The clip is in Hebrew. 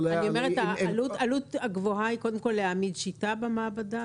העלות הגבוהה היא קודם כל להעמיד שיטה במעבדה.